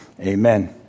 Amen